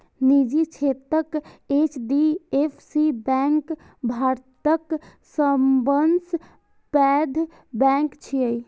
निजी क्षेत्रक HDFC bank भारतक सबसं पैघ बैंक छियै